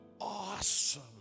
awesome